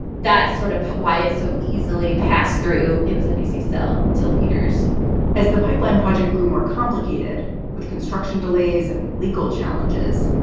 that's sort of why it's so easily passed through it was an easy sell to leaders as the pipeline project grew more complicated with construction delays and legal challenges.